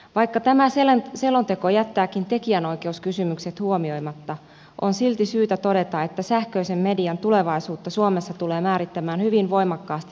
vaikka tämä selonteko jättääkin tekijänoikeuskysymykset huomioimatta on silti syytä todeta että sähköisen median tulevaisuutta suomessa tulevat määrittämään hyvin voimakkaasti tekijänoikeudet